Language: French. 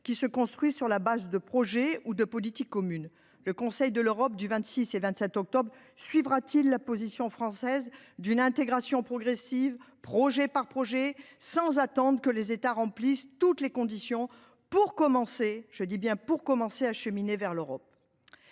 union construite sur la base de projets ou de politiques communes. Le Conseil de l’Europe des 26 et 27 octobre prochain suivra-t-il la position française en faveur d’une intégration progressive, projet par projet, sans attendre que les États concernés remplissent toutes les conditions pour commencer à cheminer vers l’Europe ?